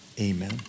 Amen